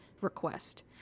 request